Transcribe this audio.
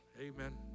amen